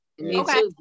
Okay